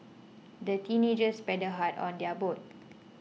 the teenagers paddled hard on their boat